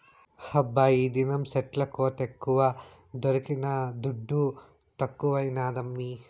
హబ్బా ఈదినం సెట్ల కోతెక్కువ దొరికిన దుడ్డు తక్కువైనాదమ్మీ